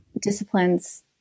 disciplines